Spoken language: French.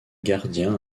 gardien